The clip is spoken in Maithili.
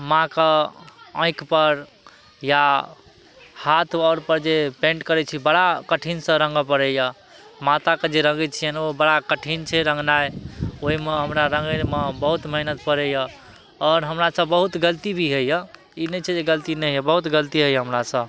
माँके आँखिपर या हाथ आओर पर जे पेंट करय छी बड़ा कठिनसँ रङ्गऽ पड़ैय माताके जे रङ्गय छियनि ओ बड़ा कठिन छै रङ्गनाइ ओइमे हमरा रङ्गयमे बहुत मेहनत पड़ैय आओर हमरा सब बहुत गलती भी होइए ई नहि छै जे गलती नहि होइए बहुत गलती होइए हमरासँ